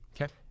Okay